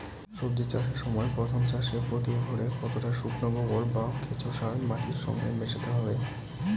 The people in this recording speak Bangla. সবজি চাষের সময় প্রথম চাষে প্রতি একরে কতটা শুকনো গোবর বা কেঁচো সার মাটির সঙ্গে মেশাতে হবে?